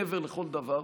מעבר לכל דבר,